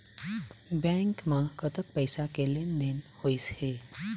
Bank म कतक पैसा के लेन देन होइस हे?